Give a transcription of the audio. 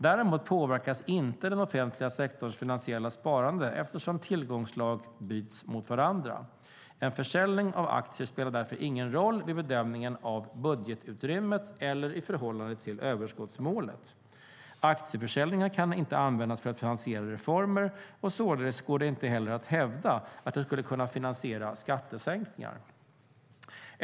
Däremot påverkas inte den offentliga sektorns finansiella sparande eftersom tillgångsslag byts mot varandra. En försäljning av aktier spelar därför ingen roll vid bedömningen av budgetutrymmet eller i förhållande till överskottsmålet. Aktieförsäljningar kan inte användas för att finansiera reformer, och således går det inte heller att hävda att de skulle kunna finansiera skattesänkningar.